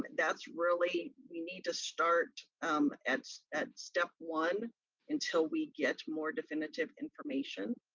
that's really, we need to start at at step one until we get more definitive information.